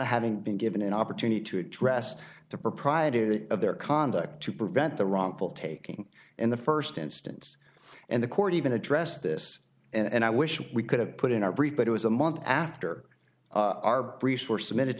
having been given an opportunity to address the propriety of their conduct to prevent the wrongful taking in the first instance and the court even addressed this and i wish we could have put in our brief but it was a month after our resource minute to